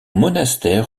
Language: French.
monastère